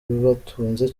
batunze